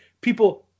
people